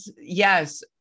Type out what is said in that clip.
yes